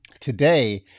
today